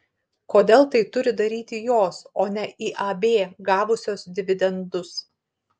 kodėl tai turi daryti jos o ne iab gavusios dividendus